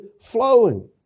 flowing